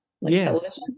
Yes